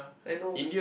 I know